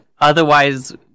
Otherwise